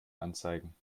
anzeigen